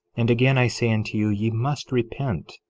and again i say unto you, ye must repent,